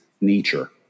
nature